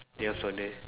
yes so they